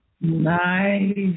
Nice